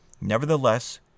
Nevertheless